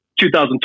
2020